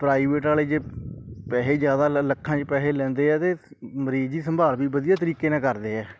private ਵਾਲੇ ਜੇ ਪੈਸੇ ਜ਼ਿਆਦਾ ਲੈ ਲੱਖਾਂ 'ਚ ਪੈਸੇ ਲੈਂਦੇ ਆ ਤੇ ਮਰੀਜ਼ ਦੀ ਸੰਭਾਲ ਵੀ ਵਧੀਆ ਤਰੀਕੇ ਨਾਲ ਕਰਦੇ ਆ